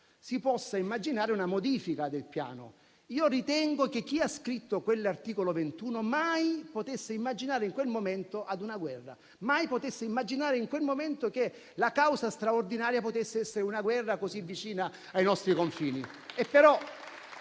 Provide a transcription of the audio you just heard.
si possa immaginare una modifica del Piano. Ritengo che chi ha scritto quell'articolo 21 mai potesse immaginare in quel momento una guerra; mai potesse immaginare in quel momento che la causa straordinaria potesse essere una guerra così vicina ai nostri confini.